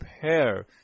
pair